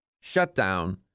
shutdown